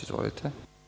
Izvolite.